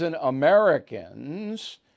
Americans